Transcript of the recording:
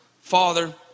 Father